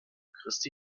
christi